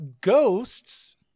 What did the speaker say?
Ghosts